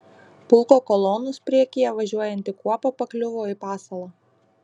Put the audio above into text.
pulko kolonos priekyje važiuojanti kuopa pakliuvo į pasalą